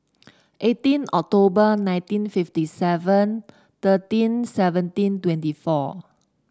eighteen October nineteen fifty seven thirteen seventeen twenty four